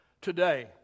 today